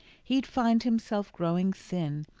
he'd find himself growing thin,